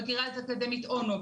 בקריה האקדמית אונו,